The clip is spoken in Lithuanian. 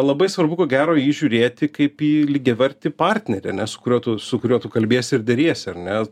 labai svarbu ko gero į jį žiūrėti kaip į lygiavertį partnerį ane su kuriuo tu su kuriuo tu kalbiesi ir deriesi ar ne